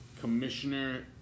Commissioner